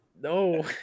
no